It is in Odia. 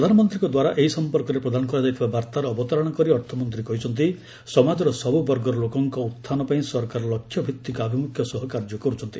ପ୍ରଧାନମନ୍ତ୍ରୀଙ୍କ ଦ୍ୱାରା ଏହି ସଂପର୍କରେ ପ୍ରଦାନ କରାଯାଇଥିବା ବାର୍ତ୍ତାରଣା କରି ଅର୍ଥମନ୍ତ୍ରୀ କହିଛନ୍ତି ସମାଜର ସବୁବର୍ଗର ଲୋକଙ୍କ ଉହ୍ଚାନ ପାଇଁ ସରକାର ଲକ୍ଷ୍ୟ ଭିଭିକ ଆଭିମୁଖ୍ୟ ସହ କାର୍ଯ୍ୟ କରୁଛନ୍ତି